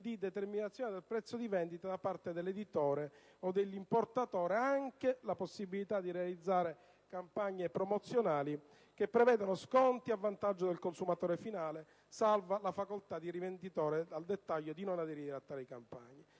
di determinazione del prezzo di vendita da parte dell'editore o dell'importatore anche la possibilità di realizzare campagne promozionali che prevedano sconti a vantaggio del consumatore finale, salva la facoltà del rivenditore al dettaglio di non aderire a tali campagne.